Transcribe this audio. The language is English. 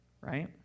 right